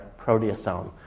proteasome